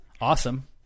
awesome